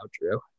true